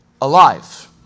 alive